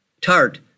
tart